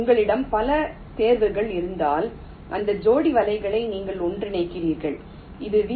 உங்களிடம் பல தேர்வுகள் இருந்தால் அந்த ஜோடி வலைகளை நீங்கள் ஒன்றிணைக்கிறீர்கள் இது வி